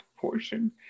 portion